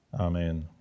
Amen